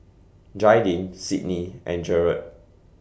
Jaidyn Sydney and Jered